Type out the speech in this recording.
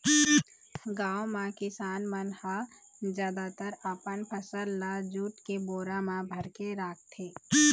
गाँव म किसान मन ह जादातर अपन फसल ल जूट के बोरा म भरके राखथे